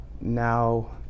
now